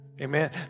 Amen